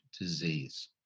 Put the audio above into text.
disease